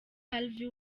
harvey